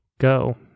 Go